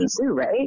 right